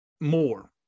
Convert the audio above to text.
more